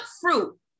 fruit